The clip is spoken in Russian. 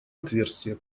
отверстие